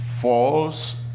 false